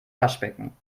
waschbecken